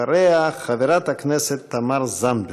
אחריה, חברת הכנסת תמר זנדברג.